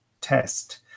test